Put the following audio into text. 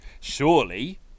surely